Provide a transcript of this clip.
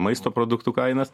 maisto produktų kainas